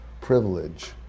privilege